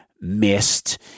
missed